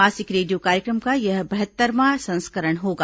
मासिक रेडियो कार्यक्रम का यह बहत्तरवां संस्करण होगा